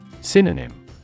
Synonym